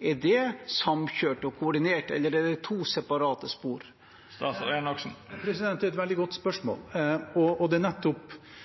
er det samkjørt og koordinert, eller er det to separate spor? Det er et veldig godt spørsmål. Det er nettopp i et samkjørt spor og gjennom samkjøring, så langt det er